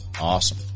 Awesome